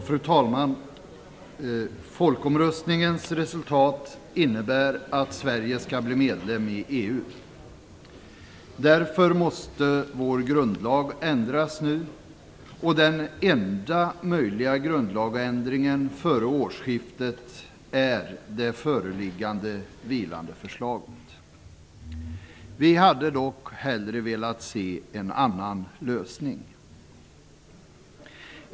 Fru talman! Folkomröstningens resultat innebär att Sverige skall bli medlem i EU. Därför måste vår grundlag ändras nu, och den enda möjliga grundlagsändringen före årsskiftet är det föreliggande, vilande förslaget. Vi hade dock hellre sett en annan lösning.